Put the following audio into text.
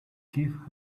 give